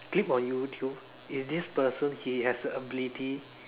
clip on YouTube is this person he has the ability